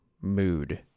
mood